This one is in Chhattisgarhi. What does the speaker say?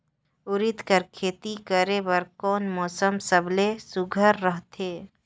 उरीद कर खेती करे बर कोन मौसम सबले सुघ्घर रहथे?